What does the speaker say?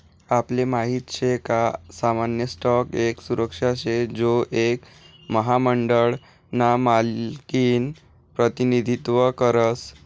आपले माहित शे का सामान्य स्टॉक एक सुरक्षा शे जो एक महामंडळ ना मालकिनं प्रतिनिधित्व करस